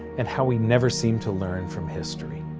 and how we never seem to learn from history.